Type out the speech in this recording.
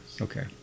Okay